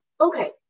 Okay